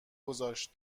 گذاشت